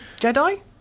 Jedi